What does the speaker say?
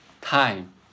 time